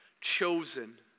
chosen